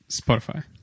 Spotify